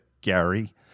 Gary